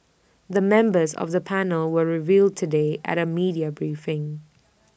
the members of the panel were revealed today at A media briefing